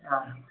ആ